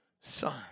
son